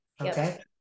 Okay